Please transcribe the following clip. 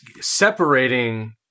separating